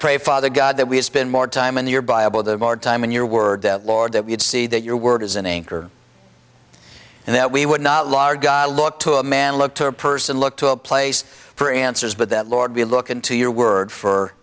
pray father god that we spend more time in your bible that our time and your word that lord that we would see that your word is an anchor and that we would not large god look to a man look to a person look to a place for answers but that lord we look into your word for